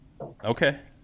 Okay